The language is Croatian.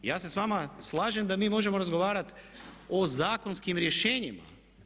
Ja se s vama slažem da mi možemo razgovarati o zakonskim rješenjima.